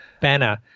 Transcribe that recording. banner